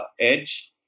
edge